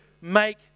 make